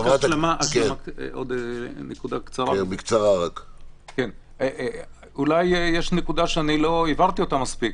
יש נקודה שאולי לא הבהרתי אותה מספיק.